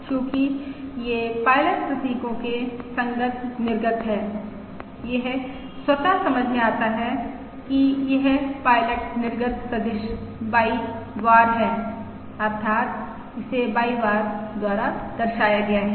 चूंकि ये पायलट प्रतीकों के संगत निर्गत हैं यह स्वतः समझ में आता है कि यह पायलट निर्गत सदिश Y बार है अर्थात इसे Y बार द्वारा दर्शाया गया है